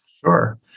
Sure